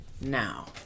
Now